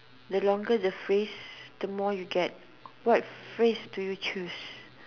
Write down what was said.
the longer the phrase the more you get what phrase do you choose